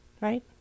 right